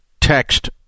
Text